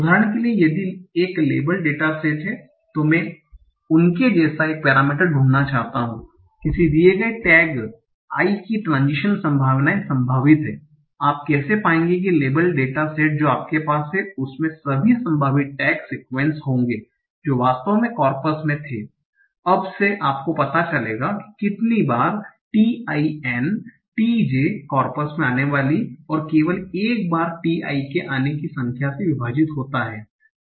उदाहरण के लिए यदि लेबल डेटा सेट है तो मैं उनके जैसा एक पैरामीटर ढूंढना चाहता हूं किसी दिए गए टैग I की ट्रान्ज़िशन संभावनाएं संभावित हैं आप कैसे पाएंगे कि लेबल डेटा सेट जो आपके पास है उसमे सभी संभावित टैग सीक्वन्स होंगे जो वास्तव में कॉर्पस मे थे अब से आपको पता चलेगा कि कितनी बार t i n t j corpus में आने वाली और केवल एक बार t i के आने वाली संख्या से विभाजित होता हैं